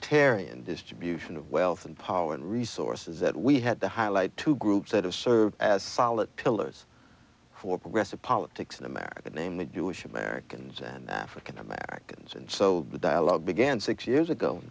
egalitarian distribution of wealth and power and resources that we had to highlight two groups that have served as solid pillars for progressive politics in america the name the jewish americans and that african americans and so the dialogue began six years ago